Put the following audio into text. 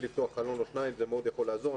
לפתוח חלון או שניים מה שמאוד יכול לעזור.